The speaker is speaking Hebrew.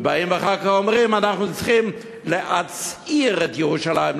ובאים אחר כך ואומרים: אנחנו צריכים להצעיר את ירושלים,